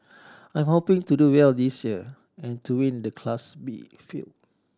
I'm hoping to do well this year and to win the Class B field